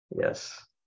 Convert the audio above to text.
Yes